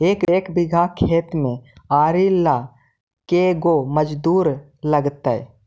एक बिघा खेत में आरि ल के गो मजुर लगतै?